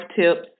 tips